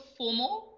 fomo